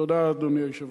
תודה, אדוני היושב-ראש.